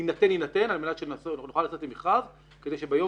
להינתן יינתן על מנת שנוכל לצאת עם מכרז כדי שביום